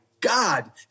God